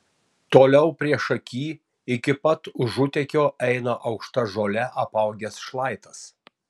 toliau priešaky iki pat užutekio eina aukšta žole apaugęs šlaitas